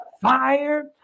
fire